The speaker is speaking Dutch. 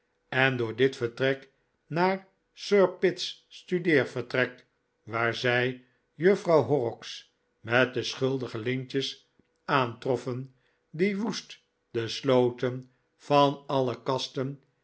en door dit vertrek naar sir pitt's studeervertrek waar zij juffrouw horrocks met de schuldige lintjes aantroffen die woest de sloten van alle kasten